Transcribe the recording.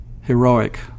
heroic